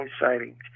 sightings